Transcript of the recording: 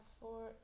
Four